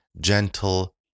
gentle